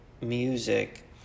music